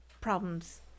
problems